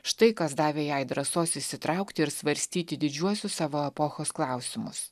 štai kas davė jai drąsos įsitraukti ir svarstyti didžiuosius savo epochos klausimus